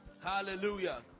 Hallelujah